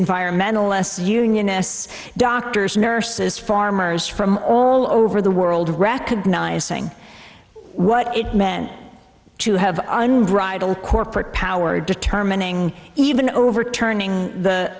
environmentalist's unionists doctors nurses farmers from all over the world recognizing what it meant to have unbridled corporate power determining even overturning the